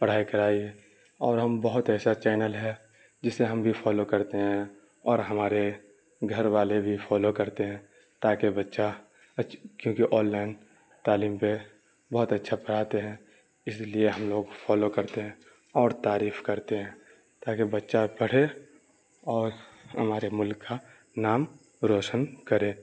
پڑھائی کرائیے اور ہم بہت ایسا چینل ہے جسے ہم بھی فالو کرتے ہیں اور ہمارے گھر والے بھی فالو کرتے ہیں تاکہ بچہ کیونکہ آن لائن تعلیم پہ بہت اچھا پڑھاتے ہیں اس لیے ہم لوگ فالو کرتے ہیں اور تعریف کرتے ہیں تاکہ بچہ پڑھے اور ہمارے ملک کا نام روشن کرے